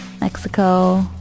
Mexico